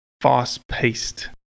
fast-paced